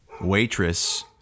waitress